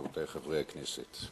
רבותי חברי הכנסת,